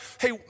hey